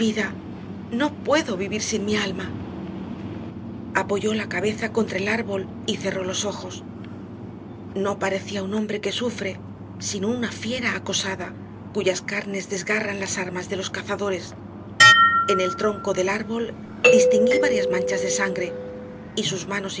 no puedo vivir sin mi alma apoyó la cabeza contra el árbol y cerró los ojos no parecía un hombre que sufre sino una fiera acosada cuyas carnes desgarran las armas de los cazadores en el tronco del árbol distinguí varias manchas de sangre y sus manos